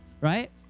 right